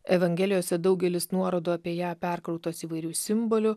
evangelijose daugelis nuorodų apie ją perkrautos įvairių simbolių